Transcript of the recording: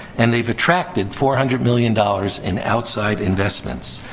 and they've attracted four hundred million dollars in outside investments.